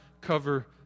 cover